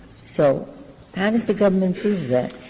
so how does the government prove that?